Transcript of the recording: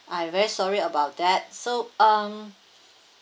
I very sorry about that so um